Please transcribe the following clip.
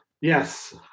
Yes